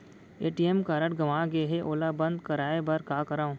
ATM card गंवा गे है ओला बंद कराये बर का करंव?